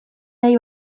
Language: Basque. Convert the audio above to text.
nahi